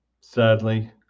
sadly